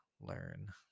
learn